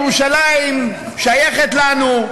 ירושלים שייכת לנו,